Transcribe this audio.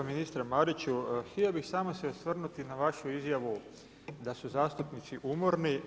Ministre Mariću, htio bih samo se osvrnuti na vašu izjavu da su zastupnici umorni.